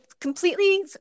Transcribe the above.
completely